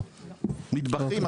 מטבחים,